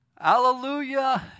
hallelujah